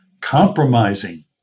compromising